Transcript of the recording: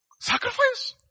sacrifice